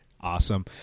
Awesome